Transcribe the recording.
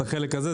את החלק הזה,